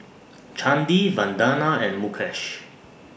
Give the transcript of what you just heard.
Chandi Vandana and Mukesh